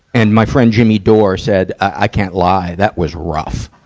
and my friend, jimmy dore said, i can't lie, that was rough!